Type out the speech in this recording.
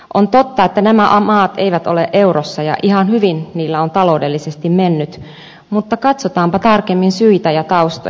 on totta että nämä maat eivät ole eurossa ja ihan hyvin niillä on taloudellisesti mennyt mutta katsotaanpa tarkemmin syitä ja taustoja